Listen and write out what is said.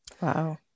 Wow